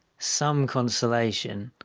some consolation,